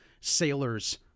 sailors